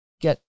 get